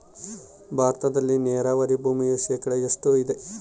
ಭಾರತದಲ್ಲಿ ನೇರಾವರಿ ಭೂಮಿ ಶೇಕಡ ಎಷ್ಟು ಇದೆ?